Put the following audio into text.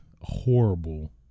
horrible